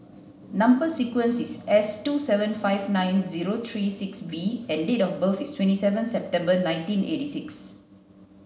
number sequence is S two seven five nine zero three six V and date of birth is twenty seven September nineteen eighty six